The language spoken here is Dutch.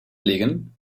liggen